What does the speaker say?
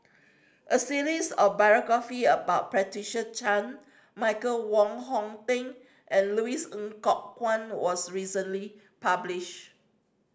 a series of biographie about Patricia Chan Michael Wong Hong Teng and Louis Ng Kok Kwang was recently published